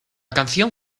canción